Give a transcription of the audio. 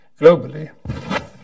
globally